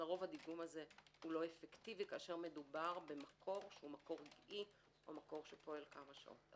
לרוב הוא לא אפקטיבי כשמדובר במקור רגעי או כזה שפועל כמה שעות.